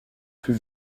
fut